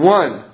one